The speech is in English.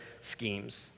schemes